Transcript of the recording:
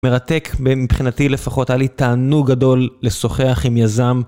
מרתק מבחינתי לפחות, היה לי תענוג גדול לשוחח עם יזם.